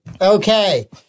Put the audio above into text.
Okay